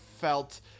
felt